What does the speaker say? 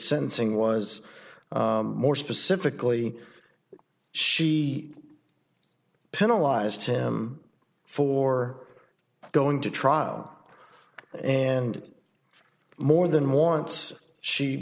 sentencing was more specifically she penalize tim for going to trial and more than once she